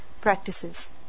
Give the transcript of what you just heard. practices